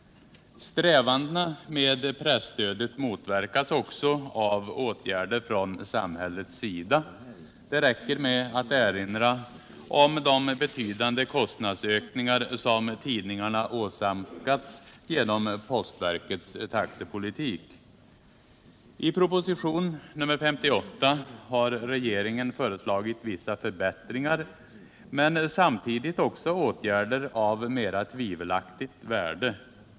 Strävandena med presstödet motverkas också av åtgärder från samhällets sida. Det räcker med att erinra om de betydande kostnadsökningar som tidningarna åsamkats genom postverkets taxepolitik. I propositionen 58 har regeringen föreslagit vissa förbättringar men också åtgärder av mera tvivelaktigt värde.